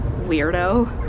Weirdo